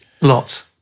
Lots